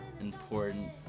important